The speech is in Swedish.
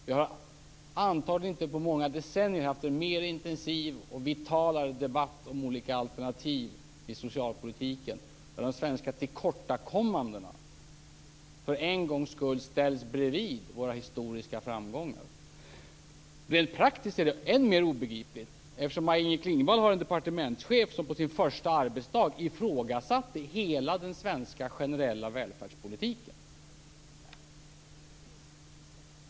Vi har antagligen inte på många decennier haft en mer intensiv och vitalare debatt om olika alternativ i socialpolitiken, där de svenska tillkortakommandena för en gångs skull ställs bredvid våra historiska framgångar. Rent praktiskt är detta än mer obegripligt, eftersom Maj-Inger Klingvall har en departementschef som på sin första arbetsdag ifrågasatte hela den svenska generella välfärdspolitiken.